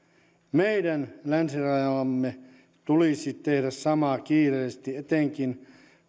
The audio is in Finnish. meidän länsirajallamme tulisi tehdä sama kiireellisesti etenkin